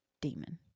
Demon